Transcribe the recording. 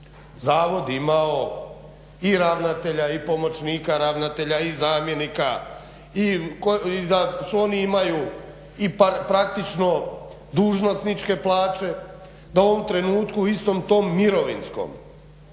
zavod imao i ravnatelja i pomoćnika ravnatelja i zamjenika i da oni imaju i praktično dužnosničke plaće, da u ovom trenutku u istom tom mirovinskom